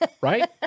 Right